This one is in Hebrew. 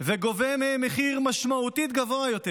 וגובה מהם מחיר גבוה יותר משמעותית,